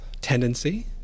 tendency